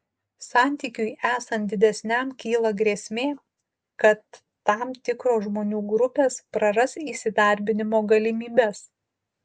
santykiui esant didesniam kyla grėsmė kad tam tikros žmonių grupės praras įsidarbinimo galimybes